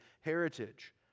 heritage